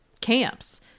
camps